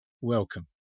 Welcome